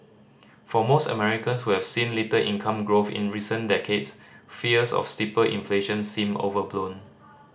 for most Americans who have seen little income growth in recent decades fears of steeper inflation seem overblown